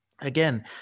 Again